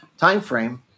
timeframe